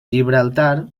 gibraltar